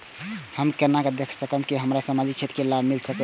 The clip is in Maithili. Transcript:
हम केना देख सकब के हमरा सामाजिक क्षेत्र के लाभ मिल सकैये?